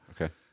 Okay